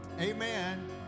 Amen